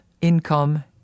income